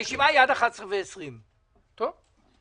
הישיבה היא עד 11:20. טוב.